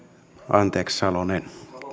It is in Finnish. anteeksi salonen